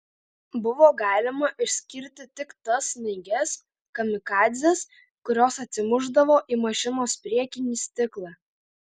buvo galima išskirti tik tas snaiges kamikadzes kurios atsimušdavo į mašinos priekinį stiklą